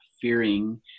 fearing